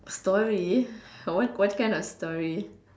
story what what kind of story